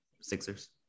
Sixers